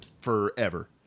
forever